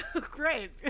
Great